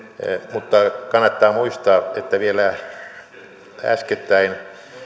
mutta kannattaa muistaa että vielä äskettäin